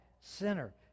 sinner